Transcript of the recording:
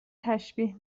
تشبیه